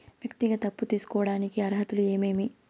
వ్యక్తిగత అప్పు తీసుకోడానికి అర్హతలు ఏమేమి